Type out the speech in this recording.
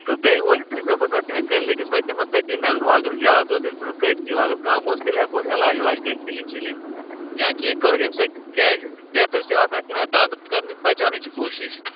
تہٕ بیٚیہِ ووٚن تہٕ صُبحس اَتھ کیٛاہ چھِ ونَن کِلنِکس پیٚٹھ بہٕ دِمس تٔتی نَظر وۅنۍ اَگر زیادٕ اوس تیٚلہِ ژھُنہون کٔڈتھٕے وۅنۍ اَگر کَم اوس تیٚلہِ ہیٚکوس علاج ویلاج کٔرِتھ فِلِنٛگ شِلِنٛگ یا کیٚنٛہہ کرہوس ییٚمہِ سٍتۍ کیٛازِ بہتر چھِ آسان کیٛاہ چھِ ونان دنٛد بچاونٕچ کوٗشِش